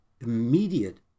immediate